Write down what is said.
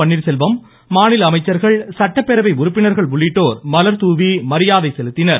பன்னீர்செல்வம் அமைச்சர்கள் சட்டப்பேரவை உறுப்பினர்கள் உள்ளிட்டோர் மலர் தூவி மரியாதை செலுத்தினர்